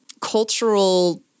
cultural